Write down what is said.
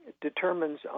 determines